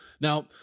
Now